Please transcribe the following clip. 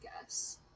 guess